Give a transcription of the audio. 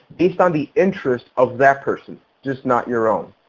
based on the interest of that person, just not your own.